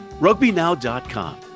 RugbyNow.com